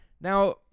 Now